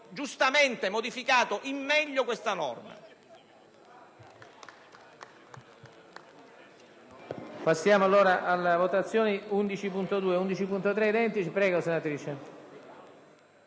giustamente modificato in meglio questa norma.